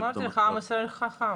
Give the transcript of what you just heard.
אמרתי לך, עם ישראל חכם.